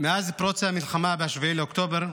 מאז פרוץ המלחמה ב-7 באוקטובר,